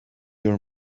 your